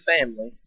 family